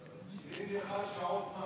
71 בשבוע?